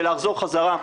ולחזור חזרה,